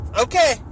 Okay